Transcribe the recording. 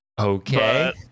Okay